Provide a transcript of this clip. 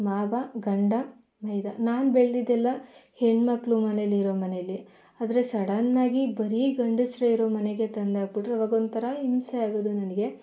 ಮಾವ ಗಂಡ ಮೈದ ನಾನು ಬೆಳೆದಿದ್ದೆಲ್ಲ ಹೆಣ್ಣು ಮಕ್ಳು ಮನೆಲಿರೊ ಮನೆಯಲ್ಲಿ ಆದರೆ ಸಡನ್ನಾಗಿ ಬರೀ ಗಂಡಸರೇ ಇರೋ ಮನೆಗೆ ತಂದಾಕಿಬಿಟ್ರು ಆವಾಗೊಂಥರ ಹಿಂಸೆ ಆಗೋದು ನನಗೆ